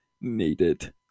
needed